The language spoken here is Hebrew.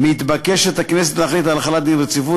מתבקשת הכנסת להחליט על החלת דין רציפות.